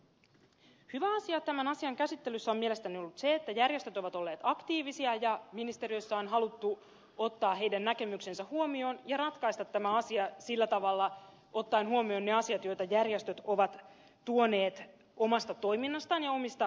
hyvä asia tämän asian käsittelyssä on mielestäni ollut se että järjestöt ovat olleet aktiivisia ja ministeriössä on haluttu ottaa niiden näkemykset huomioon ja ratkaista tämä asia sillä tavalla ottaen huomioon ne asiat joita järjestöt ovat tuoneet omasta toiminnastaan ja omista realiteeteistaan tietoon